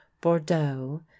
Bordeaux